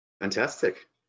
fantastic